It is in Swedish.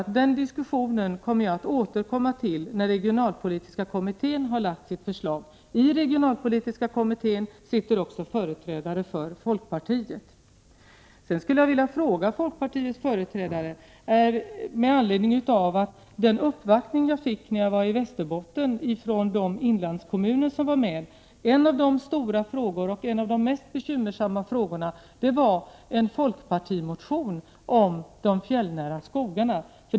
1988/89:84 att den diskussionen skall jag återkomma till när den regionalpolitiska 20 mars 1989 kommittén har lagt fram sitt förslag. I den regionalpolitiska kommittén sitter också representanter för folkpartiet. Jag skulle vilja ställa en fråga till folkpartiets företrädare med anledning av den uppvaktning jag fick från några talesmän för vissa inlandskommuner när jag var i Västerbotten. En av de stora och mest bekymmersamma frågorna gällde en folkpartimotion om de fjällnära skogarna.